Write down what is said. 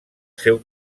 seu